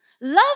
Love